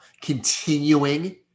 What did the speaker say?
continuing